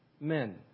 men